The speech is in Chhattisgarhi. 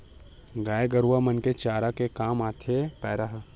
गाय गरुवा मन के चारा के काम म आथे पेरा ह